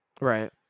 Right